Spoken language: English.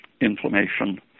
inflammation